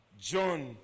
John